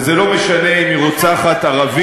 וזה לא משנה אם היא רוצחת ערבים,